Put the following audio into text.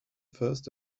first